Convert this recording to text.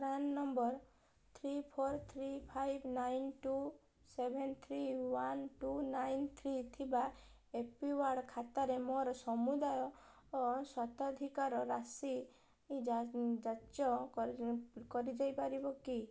PRAN number three four three five nine two seven three one two nine three ଥିବା A P ward ଖାତାରେ ମୋର ସମୁଦାୟ ସ୍ୱତ୍ୱାଧିକାର ରାଶି ଯାଞ୍ଚ କରିଦେଇପାରିବ କି